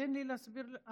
תן לי להסביר לך.